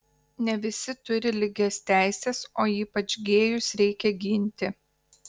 ne visi turi lygias teises o ypač gėjus reikia ginti